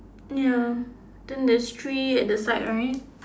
ya then there is three at the side right